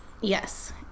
yes